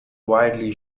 widely